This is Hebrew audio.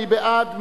מי בעד?